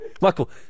Michael